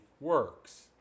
works